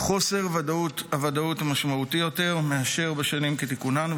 חוסר הוודאות הוא משמעותי יותר מאשר בשנים כתיקונן,